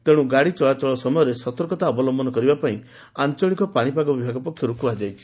ତେଣୁ ଗାଡି ଚଳାଚଳ ସମୟରେ ସତର୍କତା ଅବଲମ୍ୟନ କରିବା ପାଇଁ ଆଞ୍ଚଳିକ ପାଣିପାଗ ବିଭାଗ ପକ୍ଷରୁ କୁହାଯାଇଛି